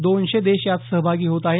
दोनशे देश यात सहभागी होत आहेत